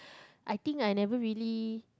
I think I never really